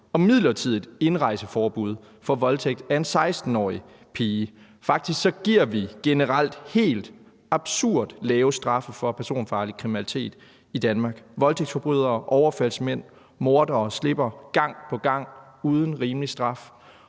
og midlertidigt indrejseforbud for voldtægt af en 16-årig pige. Faktisk giver vi generelt helt absurd lave straffe for personfarlig kriminalitet i Danmark. Voldtægtsforbrydere, overfaldsmænd, mordere slipper gang på gang uden rimelig straf.